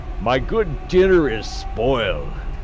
my good dinner is spoiled.